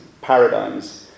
paradigms